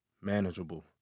manageable